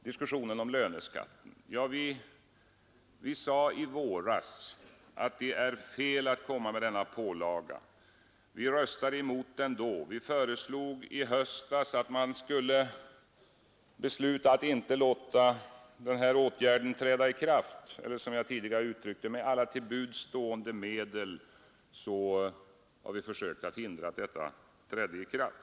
Beträffande löneskatten sade vi i våras att det är fel att komma med denna ökade pålaga. Vi röstade emot den då. I höstas föreslog vi att man skulle besluta att inte låta ökningen träda i kraft. Vi har, som jag tidigare uttryckte mig, med alla till buds stående medel försökt hindra att den trädde i kraft.